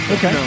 Okay